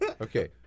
Okay